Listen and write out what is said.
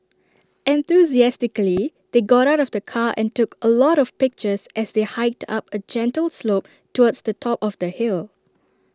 enthusiastically they got out of the car and took A lot of pictures as they hiked up A gentle slope towards the top of the hill